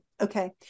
Okay